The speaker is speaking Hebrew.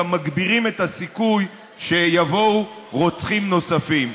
גם מגבירים את הסיכוי שיבואו רוצחים נוספים.